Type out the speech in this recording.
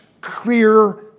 clear